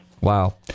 Wow